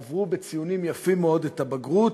הם עברו בציונים יפים מאוד את הבגרות,